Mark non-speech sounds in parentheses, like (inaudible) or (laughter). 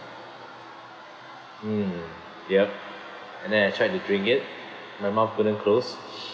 mm yup and then I tried to drink it my mouth couldn't close (noise)